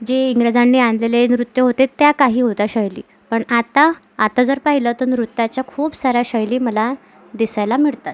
जे इंग्रजांनी आणलेले नृत्य होते त्या काही होत्या शैली पण आत्ता आता जर पाहिलं तर नृत्याच्या खूप साऱ्या शैली मला दिसायला मिळतात